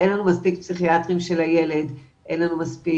אין לנו מספיק פסיכיאטרים של הילד, אין לנו מספיק